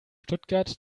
stuttgart